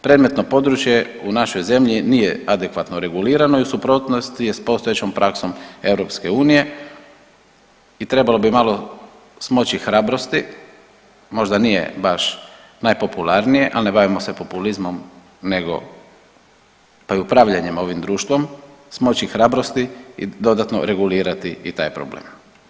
Predmetno područje u našoj zemlji nije adekvatno regulirano je i u suprotnosti je s postojećom praksom EU i trebalo bi malo smoći hrabrosti, možda nije baš najpopularnije, ali ne bavimo se populizmom nego pa i upravljanjem ovim društvom, smoći hrabrosti i dodatno regulirati i taj problem.